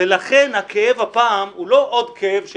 ולכן הכאב הפעם הוא לא עוד כאב של